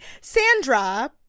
Sandra